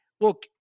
Look